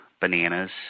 bananas